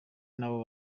nabo